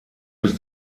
bis